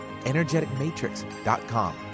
energeticmatrix.com